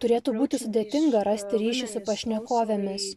turėtų būti sudėtinga rasti ryšį su pašnekovėmis